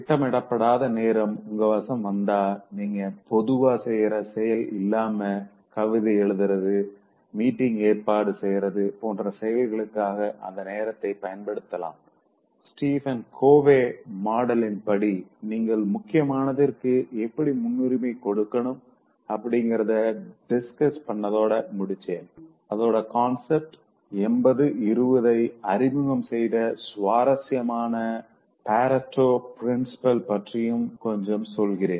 திட்டமிடப்படாத நேரம் உங்க வசம் வந்தா நீங்க பொதுவா செய்யற செயல் இல்லாம கவிதை எழுதறது மீட்டிங்க்கு ஏற்பாடு செய்றது போன்ற செயல்களுக்காக அந்த நேரத்தப் பயன்படுத்தலாம் ஸ்டீவன் கோவி மாடலின் படி நீங்கள் முக்கியமானதிற்கு எப்படி முன்னுரிமை கொடுக்கணும் அப்படிங்கறத டிஸ்கஸ் பண்ணதோட முடிச்சேன் அதோட கான்சப்ட் ஆஃப் 8020ஐconcept of 8020 அறிமுகம் செய்த சுவாரசியமான பரீட்டோ பிரின்ஸ்பலை பற்றியும் கொஞ்சம் சொல்கிறேன்